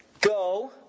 Go